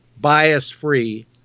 bias-free